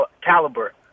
caliber